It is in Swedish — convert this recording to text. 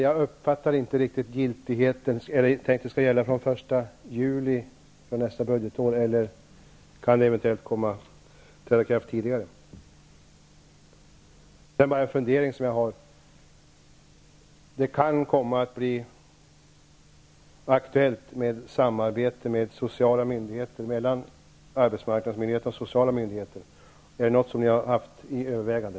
Jag uppfattade inte riktigt giltighetstiden. Är det tänkt att detta skall gälla fr.o.m. den 1 juli, dvs. från nästa budgetår, eller kan det eventuellt träda i kraft tidigare? Sedan bara en fundering som jag har: Det kan komma att bli aktuellt med samarbete mellan arbetsmarknadsmyndigheterna och de sociala myndigheterna. Är det någonting som ni har tagit under övervägande?